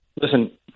listen